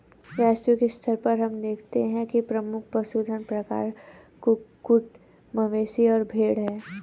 वैश्विक स्तर पर हम देखते हैं कि प्रमुख पशुधन प्रकार कुक्कुट, मवेशी और भेड़ हैं